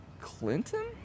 Clinton